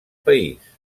país